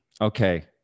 Okay